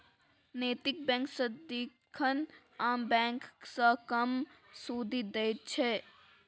नैतिक बैंक सदिखन आम बैंक सँ कम सुदि दैत छै